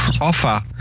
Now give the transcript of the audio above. offer